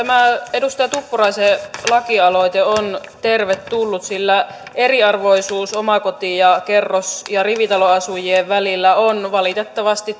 edustaja tuppuraisen lakialoite on tervetullut sillä eriarvoisuus omakoti kerros ja rivitaloasujien välillä on valitettavasti